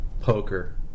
Poker